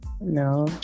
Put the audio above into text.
No